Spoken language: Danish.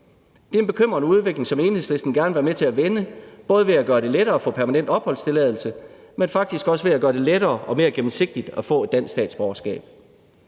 Det er en bekymrende udvikling, som Enhedslisten gerne vil være med til at vende, både ved at gøre det lettere at få permanent opholdstilladelse, men faktisk også ved at gøre det lettere og mere gennemsigtigt at få et dansk statsborgerskab.